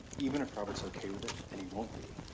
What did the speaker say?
even if robert's okay with it, and he won't be.